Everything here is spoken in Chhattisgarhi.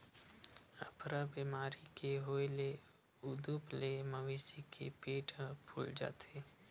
अफरा बेमारी के होए ले उदूप ले मवेशी के पेट ह फूल जाथे